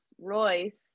Royce